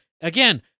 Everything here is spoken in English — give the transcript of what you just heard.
Again